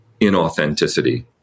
inauthenticity